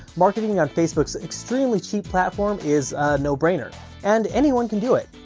marketing on facebook's extremely cheap platform is a no-brainer and anyone can do it.